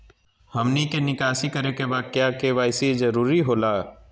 हमनी के निकासी करे के बा क्या के.वाई.सी जरूरी हो खेला?